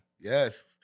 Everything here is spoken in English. Yes